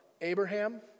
Abraham